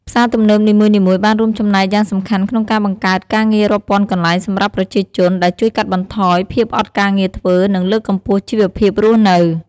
ផ្សារទំនើបនីមួយៗបានរួមចំណែកយ៉ាងសំខាន់ក្នុងការបង្កើតការងាររាប់ពាន់កន្លែងសម្រាប់ប្រជាជន ដែលជួយកាត់បន្ថយភាពអត់ការងារធ្វើ និងលើកកម្ពស់ជីវភាពរស់នៅ។